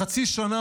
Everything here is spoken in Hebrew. בחצי שנה,